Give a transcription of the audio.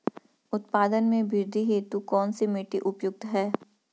उत्पादन में वृद्धि हेतु कौन सी मिट्टी उपयुक्त है?